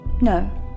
No